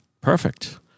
perfect